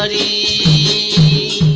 ie